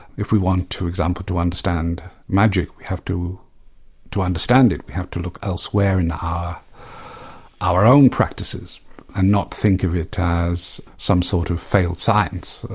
if we want to, for example, to understand magic, we have to to understand it. we have to look elsewhere in um ah our own practices and not think of it as some sort of failed science,